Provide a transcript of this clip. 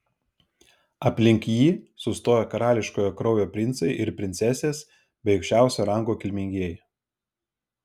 aplink jį sustojo karališko kraujo princai ir princesės bei aukščiausio rango kilmingieji